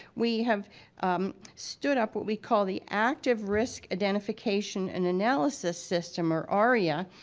we have stood up what we call the act of risk identification and analysis system or aria,